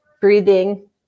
breathing